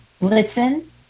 Blitzen